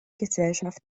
gesellschaft